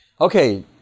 okay